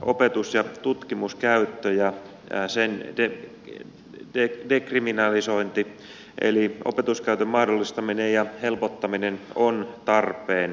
opetus ja tutkimuskäyttö ja sen dekriminalisointi eli opetuskäytön mahdollistaminen ja helpottaminen on tarpeen